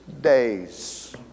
days